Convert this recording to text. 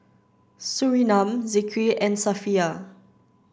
Surinam Zikri and Safiya